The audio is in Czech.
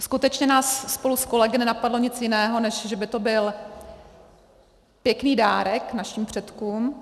Skutečně nás spolu s kolegy nenapadlo nic jiného, než že by to byl pěkný dárek našim předkům.